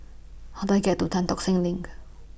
How Do I get to Tan Tock Seng LINK